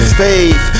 faith